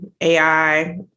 AI